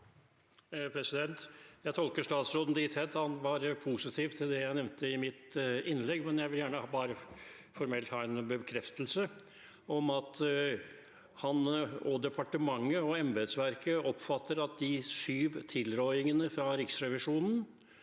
Jeg tolker statsråden dit hen at han var positiv til det jeg nevnte i mitt innlegg, men jeg vil gjerne bare formelt ha en bekreftelse på at han – og departementet og embetsverket – oppfatter disse syv konkrete tilrådingene fra Riksrevisjonen,